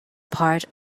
part